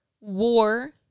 war